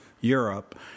Europe